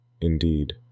Indeed